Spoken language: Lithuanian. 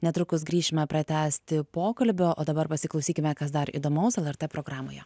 netrukus grįšime pratęsti pokalbio o dabar pasiklausykime kas dar įdomaus lrt programoje